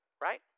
right